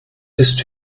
ist